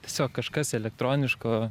tiesiog kažkas elektroniško